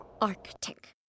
Arctic